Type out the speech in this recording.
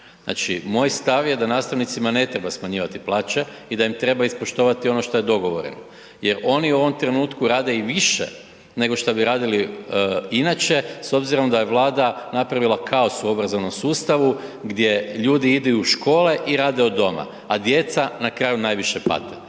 Znači moj stav je da nastavnicima ne treba smanjivati plaće i da im treba ispoštovati ono što je dogovoreno jer oni u ovom trenutku rade i više nego šta bi radili inače, s obzirom da je Vlada napravila kaos u obrazovnom sustavu gdje ljudi idu i u škole i rade od doma, a djeca na kraju najviše pate.